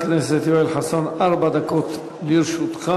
חבר הכנסת יואל חסון, ארבע דקות לרשותך.